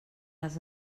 les